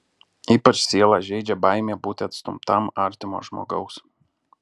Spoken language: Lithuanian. ypač sielą žeidžia baimė būti atstumtam artimo žmogaus